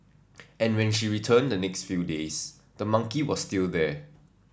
and when she returned the next few days the monkey was still there